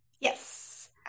Yes